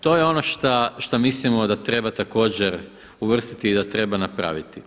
To je ono šta mislimo da treba također uvrstiti i da treba napraviti.